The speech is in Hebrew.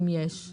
אם יש.